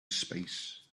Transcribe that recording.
space